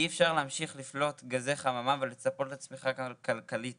אי אפשר להמשיך לפלוט גזי חממה ולצפות לצמיחה כלכלית